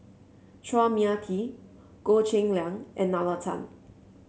Chua Mia Tee Goh Cheng Liang and Nalla Tan